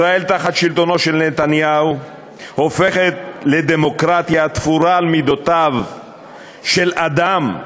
ישראל תחת שלטונו של נתניהו הופכת לדמוקרטיה התפורה למידותיו של אדם,